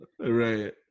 Right